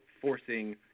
forcing